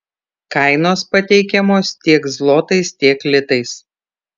kainos pateikiamos tiek zlotais tiek litais